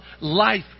life